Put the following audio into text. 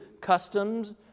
customs